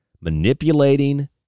Manipulating